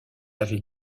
avait